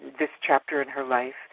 this chapter in her life,